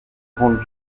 grandes